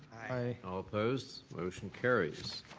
aye. all opposed? motion carries.